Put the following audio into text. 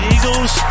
Eagles